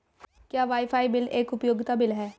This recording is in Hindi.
क्या वाईफाई बिल एक उपयोगिता बिल है?